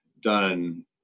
done –